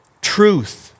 Truth